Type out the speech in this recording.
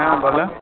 हँ बोलो